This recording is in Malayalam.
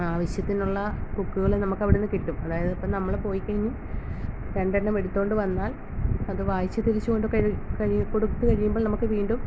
ആവശ്യത്തിനുള്ള ബുക്ക്കൾ നമുക്കവിടുന്നു കിട്ടും അതായത് നമ്മൾ പോയിക്കഴിഞ്ഞാൽ രണ്ടെണ്ണവെടുത്തോണ്ട് വന്നാൽ അത് വായിച്ച് തിരിച്ചോണ്ട് കൊടുത്തുകഴിയുമ്പോൾ നമുക്ക് വീണ്ടും